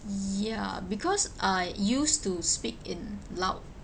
ya because I used to speak in loud